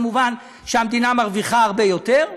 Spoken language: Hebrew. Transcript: מובן שהמדינה מרוויחה הרבה יותר,